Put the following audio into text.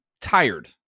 tired